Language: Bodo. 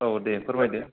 औ दे फोरमायदो